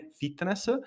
fitness